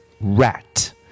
rat